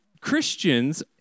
Christians